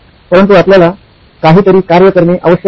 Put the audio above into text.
परंतु आपल्याला काहीतरी कार्य करणे आवश्यक आहे